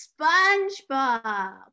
spongebob